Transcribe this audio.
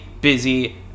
busy